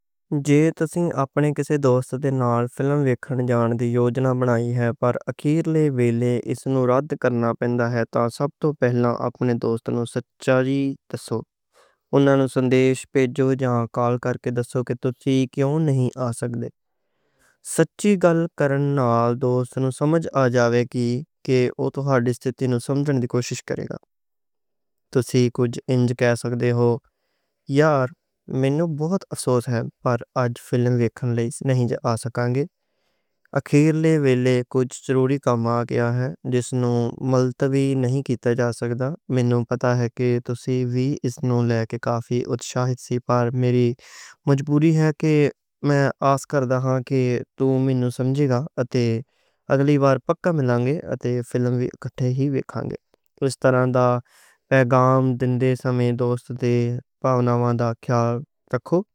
جے تسی اپنے کسے دوست دے نال فلم ویکھن جان دی یوجنا بنائی ہے، پر اخیرلے ویلے اس نوں رد کرنا پےندا ہے۔ تے سب توں پہلا اپنے دوست نوں سچی گل دسو۔ اونہنوں سندیش پیجو یا کال کرکے دسو کے تسی کیوں نئیں آ سکدے، سچی گل کرو۔ نال دوست نوں سمجھ آ جاوے گی کے او تہاڈی ستھتی نوں سمجھندی کوشش کرے گا۔ تسی کچھ انج کہ سکدے ہو: یار، مینوں بہت افسوس ہے، پر آج فلم ویکھن لئی نئیں آ سکاں گی۔ اخیرلے ویلے کچھ ضروری کم آ گیا ہے جس نوں ملتوی وی نئیں کیتا جا سکدا۔ مینوں پتہ ہے کے تسی وی اس نوں لے کے کافی اتشاہت سی۔ میری مجبوری ہے، تے توں مینوں سمجھیں گا۔ اتے اگلی وار پکا ملیں گے اتے فلم وی اکٹھے ای ویکھاں گے۔ اس طرح دا پیغام دن دے سمیں دوست دے پاوناماں دا خیال رکھو۔